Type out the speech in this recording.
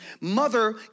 mother